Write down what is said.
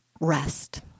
rest